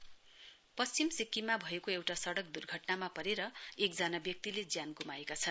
accident पश्चिम सिक्किममा भएको एउटा सडक दुर्घटनामा परेर एकजना व्यक्तिले ज्यान गुमाएको छन्